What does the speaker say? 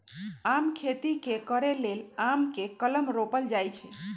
आम के खेती करे लेल आम के कलम रोपल जाइ छइ